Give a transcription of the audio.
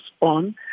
on